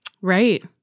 Right